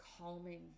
calming